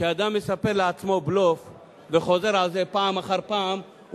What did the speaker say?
כשאדם מספר לעצמו בלוף וחוזר על זה פעם אחר פעם,